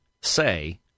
say